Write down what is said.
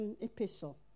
epistle